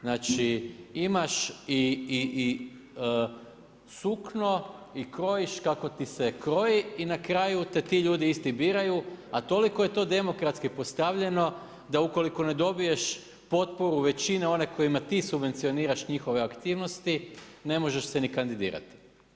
Znači imaš i sukno i krojiš kako ti se kroji i na kraju te ti ljudi isti biraju a toliko je to demokratski postavljeno da ukoliko ne dobiješ potporu većine one kojima ti subvencioniraš njihove aktivnosti, ne možeš se ni kandidirati.